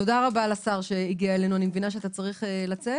תודה רבה לשר שהגיע אלינו אני מבינה שאתה צריך לצאת.